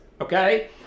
okay